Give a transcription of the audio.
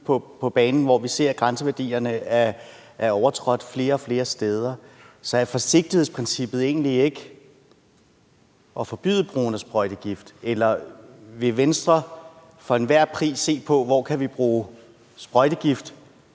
på banen, at grænseværdierne er overtrådt flere og flere steder. Så taler forsigtighedsprincippet egentlig ikke for at forbyde brugen af sprøjtegift, eller vil Venstre for enhver pris se på, hvor vi kan bruge sprøjtegift,